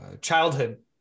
childhood